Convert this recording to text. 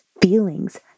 feelings